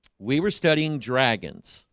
we were studying dragons,